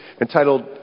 entitled